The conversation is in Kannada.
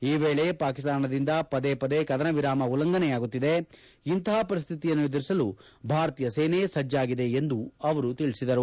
ಈ ವೇಳೆ ಪಾಕಿಸ್ತಾನದಿಂದ ಪದೇಪದೇ ಕದನ ವಿರಾಮ ಉಲ್ಲಂಘನೆಯಾಗುತ್ತಿದೆ ಇಂತಹ ಪರಿಸ್ಠಿತಿಯನ್ನು ಎದುರಿಸಲು ಭಾರತೀಯ ಸೇನೆ ಸಜ್ಜಾಗಿದೆ ಎಂದು ಅವರು ಹೇಳಿದರು